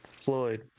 Floyd